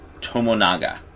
Tomonaga